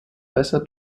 weißer